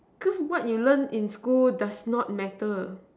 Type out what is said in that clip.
cause what you learned in school does not matter